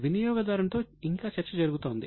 వినియోగదారుని తో ఇంకా చర్చ జరుగుతోంది